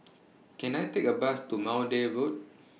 Can I Take A Bus to Maude Road